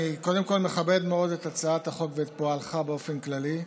קודם כול אני מכבד מאוד את הצעת החוק ואת פועלך באופן כללי.